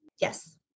Yes